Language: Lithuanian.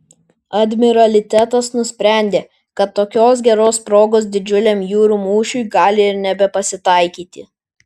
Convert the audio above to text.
admiralitetas nusprendė kad tokios geros progos didžiuliam jūrų mūšiui gali ir nebepasitaikyti